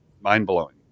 mind-blowing